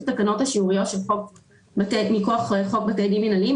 התקנות השיוריות מכוח חוק בתי דין מינהליים.